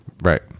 right